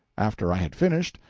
after i had finished,